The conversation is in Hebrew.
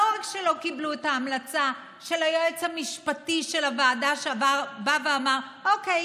לא רק שלא קיבלו את ההמלצה של היועץ המשפטי של הוועדה שבא ואמר: אוקיי,